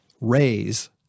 raise